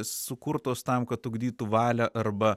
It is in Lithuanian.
sukurtos tam kad ugdytų valią arba